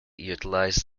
utilizes